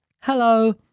Hello